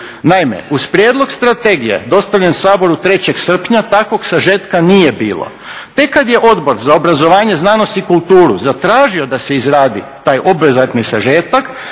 Naime, uz prijedlog strategije dostavljen Saboru 3. srpnja takvog sažetka nije bilo. Tek kad je Odbor za obrazovanje, znanost i kulturu zatražio da se izradi taj obvezatni sažetak